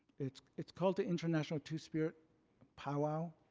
it's it's called the international two-spirit powwow.